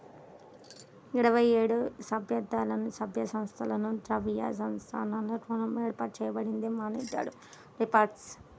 ఇరవై ఏడు సభ్యదేశాలలో, సభ్య సంస్థలతో ద్రవ్య సంస్కరణల కోసం ఏర్పాటు చేయబడిందే మానిటరీ రిఫార్మ్